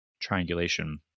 triangulation